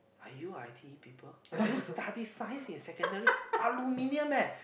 are you i_t_e people are you study science in Secondary school aluminium eh